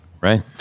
Right